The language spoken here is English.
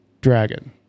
Dragon